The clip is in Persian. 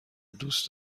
دوست